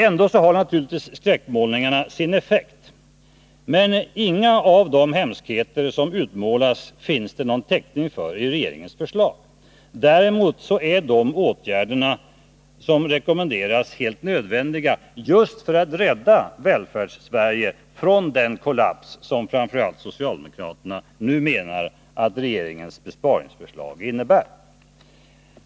Ändå har naturligtvis skräckmålningarna sin effekt. Men inga av de hemskheter som utmålas finns det täckning för i regeringens förslag. Däremot är de åtgärder som rekommenderas helt nödvändiga just för att rädda Välfärdssverige från den kollaps som socialdemokraterna nu menar att regeringens besparingsförslag innebär.